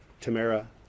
Tamara